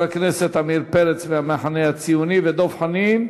הכנסת עמיר פרץ מהמחנה הציוני ודב חנין.